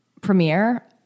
premiere